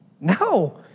No